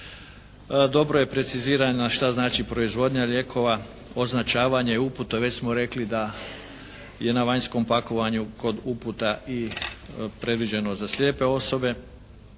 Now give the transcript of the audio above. Dobro je precizirao šta znači proizvodnja lijekova, označavanje uputa, već smo rekli da je na vanjskom pakovanju kod uputa i previđeno za slijepe osobe,